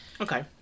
Okay